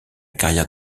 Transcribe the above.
carrière